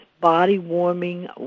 body-warming